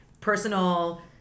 Personal